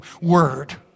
word